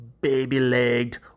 baby-legged